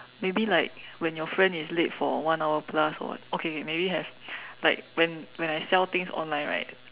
maybe like when your friend is late for one hour plus or what okay okay maybe have like when when I sell things online right